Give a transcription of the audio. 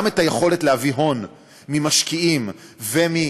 גם את היכולת להביא הון ממשקיעים ומפילנתרופיה,